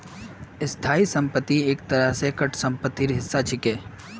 स्थाई संपत्ति एक तरह स करंट सम्पत्तिर हिस्सा छिके